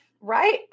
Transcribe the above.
Right